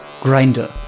Grinder